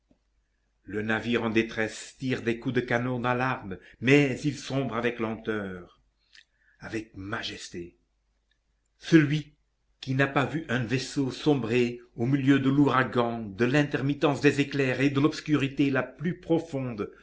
le navire en détresse tire des coups de canon d'alarme mais il sombre avec lenteur avec majesté celui qui n'a pas vu un vaisseau sombrer au milieu de l'ouragan de l'intermittence des éclairs et de l'obscurité la plus profonde